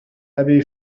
أبي